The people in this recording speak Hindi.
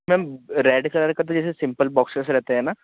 मैम रेड कलर का तो जैसे सिम्पल बॉक्सेज़ रहते हैं ना